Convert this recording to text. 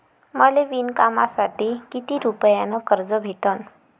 मले विणकामासाठी किती रुपयानं कर्ज भेटन?